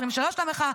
ה-23 למחאה,